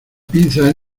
pinza